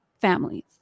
families